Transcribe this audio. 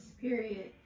Period